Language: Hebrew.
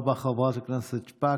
תודה רבה, חברת הכנסת שפק.